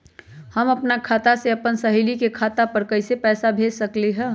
हम अपना खाता से अपन सहेली के खाता पर कइसे पैसा भेज सकली ह?